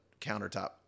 countertop